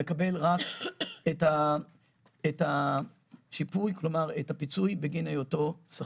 מקבל רק את הפיצוי בגין היותו שכיר.